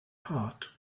heart